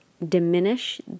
diminish